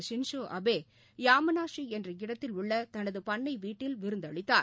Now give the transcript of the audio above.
Shinzo Abe Yamanashi என்ற இடத்தில் உள்ள தனது பண்ணை வீட்டில் விருந்தளித்தார்